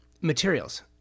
Materials